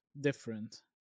different